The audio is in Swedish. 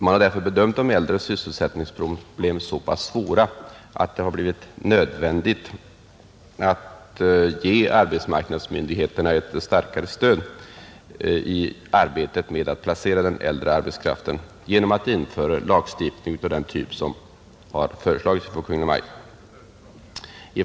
Man har därför bedömt de äldres sysselsättningsproblem som så pass svåra att det har blivit nödvändigt att ge arbetsmarknadsmyndigheterna ett starkare stöd i arbetet med att placera den äldre arbetskraften genom att införa lagstiftning av den typ som har föreslagits av Kungl. Maj:t.